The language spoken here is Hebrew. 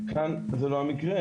אבל כאן זה לא המקרה.